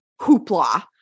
hoopla